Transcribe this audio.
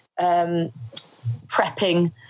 prepping